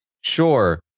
sure